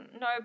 No